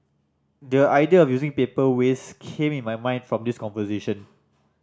the idea of using paper waste came in my mind from this conversation